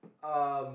um